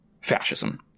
fascism